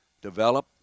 Develop